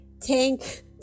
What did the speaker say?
tank